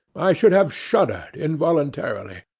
i should have shuddered involuntarily.